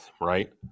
right